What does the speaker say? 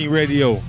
radio